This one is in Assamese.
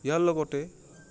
ইয়াৰ লগতে